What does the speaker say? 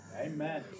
Amen